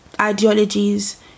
ideologies